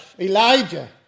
Elijah